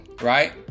right